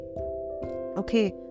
Okay